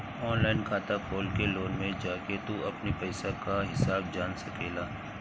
online खाता खोल के लोन में जाके तू अपनी पईसा कअ हिसाब जान सकेला